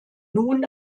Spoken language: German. nun